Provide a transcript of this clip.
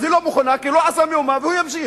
היא לא מוכנה, כי הוא לא עשה מאומה, והוא ימשיך.